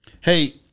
Hey